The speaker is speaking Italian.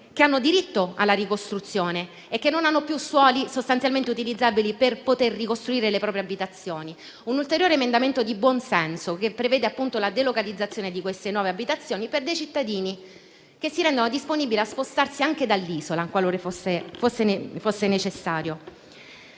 che hanno diritto alla ricostruzione e non hanno più suoli utilizzabili per poter ricostruire le proprie abitazioni: un ulteriore emendamento di buon senso che prevede la delocalizzazione delle nuove abitazioni per cittadini che si rendono disponibili a spostarsi anche dall'isola, qualora fosse necessario.